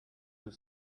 have